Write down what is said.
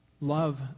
love